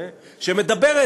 מסוימים,